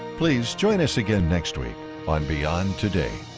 please, join us again next week on beyond today!